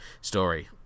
story